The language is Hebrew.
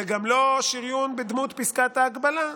וגם לא שריון בדמות פסקת ההגבלה,